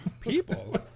People